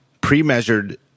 pre-measured